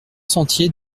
sentier